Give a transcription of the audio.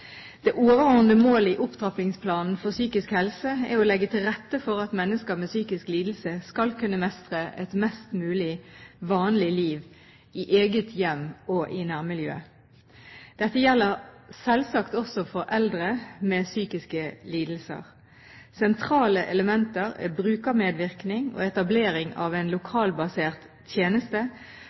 Det overordnede målet i Opptrappingsplanen for psykisk helse er å legge til rette for at mennesker med psykisk lidelse skal kunne mestre et mest mulig vanlig liv i eget hjem og i nærmiljøet. Dette gjelder selvsagt også for eldre med psykiske lidelser. Sentrale elementer er brukermedvirkning og etablering av en lokalbasert tjeneste